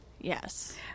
Yes